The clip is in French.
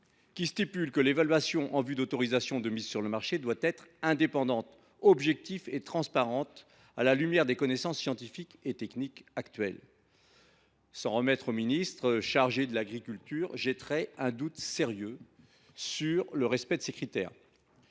qui disposent que l’évaluation en vue d’une autorisation de mise sur le marché d’un produit doit être indépendante, objective et transparente au regard des connaissances scientifiques et techniques actuelles. S’en remettre au ministre chargé de l’agriculture créerait un doute sérieux quant au respect de ces critères.